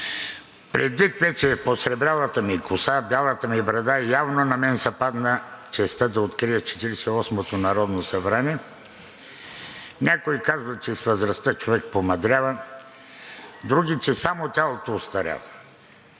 Предвид вече посребрялата ми коса, бялата ми брада, явно на мен се падна честта да открия Четиридесет и осмото народно събрание. Някои казват, че с възрастта човек помъдрява, други, че само тялото остарява.